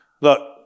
look